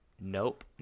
Nope